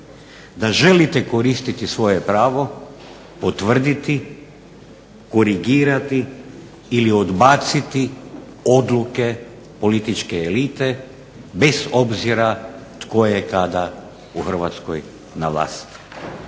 Da želite koristiti svoje pravo potvrditi, korigirati ili odbaciti odluke političke elite bez obzira tko je kada u Hrvatskoj na vlasti.